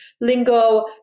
lingo